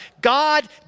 God